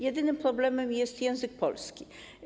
Jedynym problemem jest język polski.